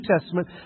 Testament